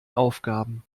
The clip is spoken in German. aufgaben